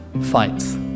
fights